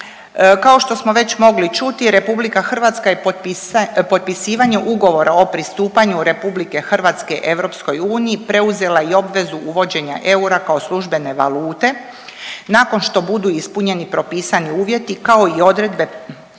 Kao što smo već mogli čuti RH je potpisivanjem ugovora o pristupanju RH EU preuzela i obvezu uvođenja eura kao službene valute nakon što budu ispunjeni propisani uvjeti kao i odredbe